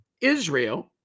Israel